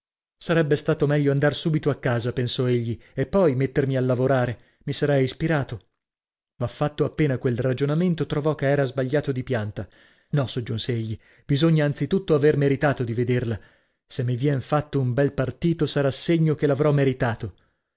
sarebbe stato meglio andar subito a casa pensò egli e poi mettermi a lavorare mi sarei ispirato ma fatto appena quel ragionamento trovò che era sbagliato di pianta no soggiunse egli bisogna anzitutto aver meritato di vederla se mi vien fatto un bel partito sarà segno che l'avrò meritato